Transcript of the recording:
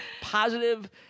Positive